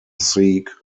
seek